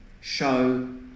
show